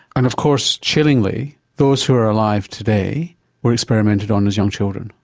and of course chillingly those who are alive today were experimented on as young children?